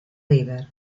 river